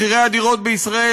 מחירי הדירות בישראל,